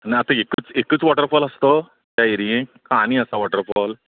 ना आतां एकच एकच वोटरफोल आसा तो त्या एरियेंत कांय आनी आसा वोटरफोल